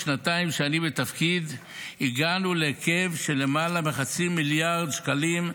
בשנתיים שאני בתפקיד הגענו להיקף של למעלה מחצי מיליארד שקלים,